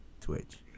Twitch